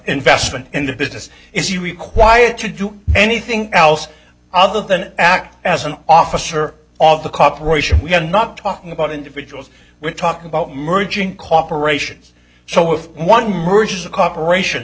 investment in the business is you required to do anything else other than act as an officer of the cooperation we're not talking about individuals we're talking about merging corporations so if one merges a corporation